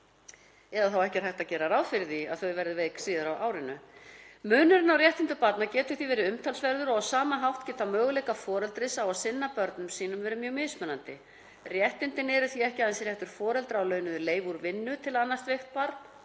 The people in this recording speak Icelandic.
eða þá að ekki er hægt að gera ráð fyrir því að þau verði veik síðar á árinu. Munurinn á réttindum barna getur því verið umtalsverður og á sama hátt geta möguleikar foreldris á að sinna börnum sínum verið mjög mismunandi. Réttindin eru því ekki aðeins réttur foreldra á launuðu leyfi úr vinnu til að annast veikt barn